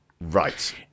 Right